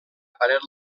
paret